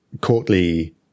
courtly